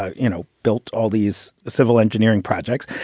ah you know, built all these civil engineering projects.